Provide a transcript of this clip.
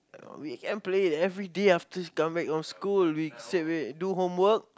we can play everyday after come back from school we straightaway do home work